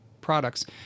products